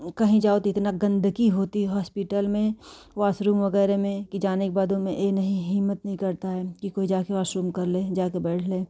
कहीं जाओ तो इतना गंदगी होती है हॉस्पिटल में वाशरूम वगैरह में की जाने के बाद हिम्मत नहीं करता है कि कोई जाकर वॉशरूम कर ले जाकर बैठ ले